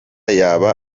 yaba